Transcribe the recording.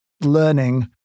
learning